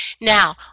Now